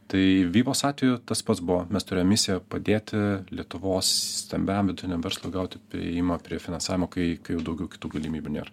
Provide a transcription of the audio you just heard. tai vivos atveju tas pats buvo mes turėjom misiją padėti lietuvos stambiajam vidutiniam verslui gauti priėjimą prie finansavimo kai kai jau daugiau kitų galimybių nėra